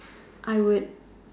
I would